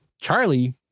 Charlie